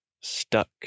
stuck